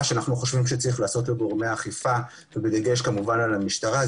שאנו חושבים שיש לעשות לגורמי האכיפה בדגש על המשטרה.